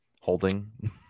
Holding